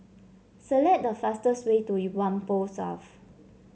select the fastest way to Whampoa South